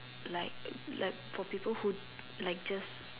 like like for people who like just